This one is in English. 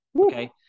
okay